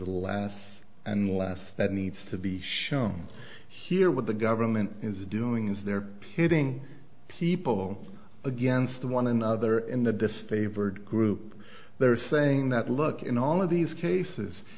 he last and last that needs to be shown here what the government is doing is they're pitting people against one another in the disfavored group they're saying that look in all of these cases